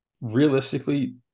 Realistically